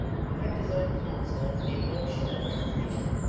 he kept his own counsel, and made no show of recognition.